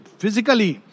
physically